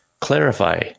clarify